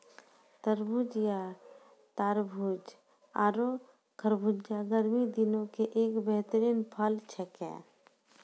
तरबूज या तारबूज आरो खरबूजा गर्मी दिनों के एक बेहतरीन फल छेकै